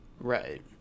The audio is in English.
Right